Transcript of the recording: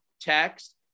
text